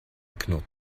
knurrt